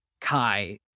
kai